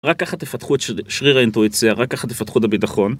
רק ככה תפתחו את שריר האינטואיציה, רק ככה תפתחו את הביטחון.